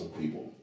people